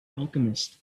alchemist